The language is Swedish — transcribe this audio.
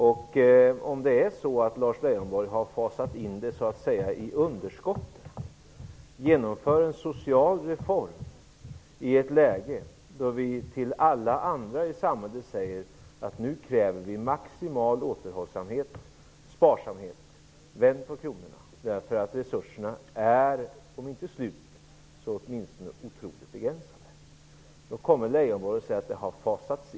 Lars Leijonborg menar att man så att säga har fasat in detta i underskottet. Man genomför en social reform i ett läge då vi till alla andra i samhället säger: ''Vi kräver maximal återhållsamhet och sparsamhet. Vänd på kronorna, eftersom resurserna är om inte slut så åtminstone oerhört begränsade.''